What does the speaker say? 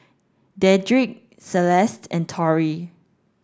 Dedrick Celeste and Tory